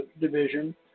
Division